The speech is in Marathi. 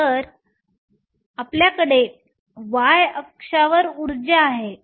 तर आपल्याकडे y अक्षवर ऊर्जा आहे